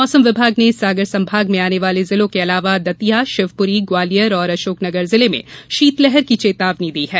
मौसम विभाग ने सागर संभाग में आने वाले जिलों के अलावा दतिया शिवपुरी ग्वालियर और अशोकनगर जिले में शीतलहर की चेतावनी दी है